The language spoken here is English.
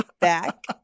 back